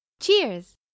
cheers